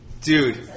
Dude